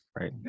Right